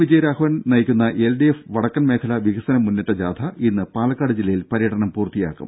വിജയരാഘവൻ നയിക്കുന്ന L D F വടക്കൻ മേഖലാ വികസന മുന്നേറ്റ ജാഥ ഇന്ന് പാലക്കാട് ജില്ലയിൽ പര്യടനം പൂർത്തിയാക്കും